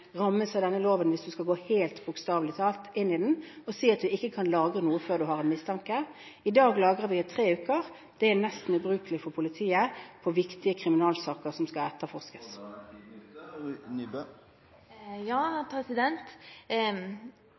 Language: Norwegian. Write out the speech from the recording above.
rammes av denne loven, hvis en skal gå helt bokstavelig inn i den og si at en ikke kan lagre noe før en har en mistanke. I dag lagrer vi i tre uker. Det er nesten ubrukelig for politiet i viktige kriminalsaker som skal